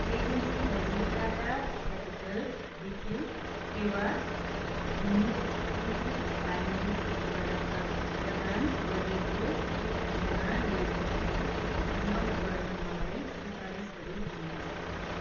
एजेन्सीहरू टाटा क्यापिटल वित्तीय सेवा र मुत मुथुत फाइनेन्सद्वारा प्र प्रदान गरिएको स्वास्थ्य बिमा योजनाहरू छनौट गर्न मलाई सिफारिसहरू दिनुहोस्